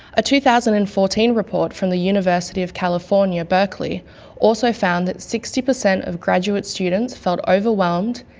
a two thousand and fourteen report from the university of california, berkeley also found that sixty percent of graduate students felt overwhelmed,